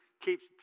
keeps